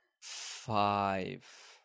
Five